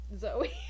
Zoe